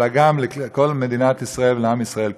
אלא גם לכל מדינת ישראל ולעם ישראל כולו.